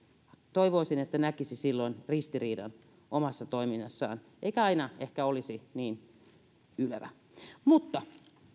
toivoisin että näkisi silloin ristiriidan omassa toiminnassaan eikä aina ehkä olisi niin ylevä mutta